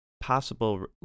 possible